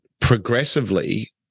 progressively